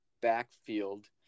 backfield